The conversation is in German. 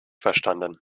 verstanden